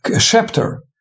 chapter